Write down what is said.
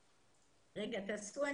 תודה.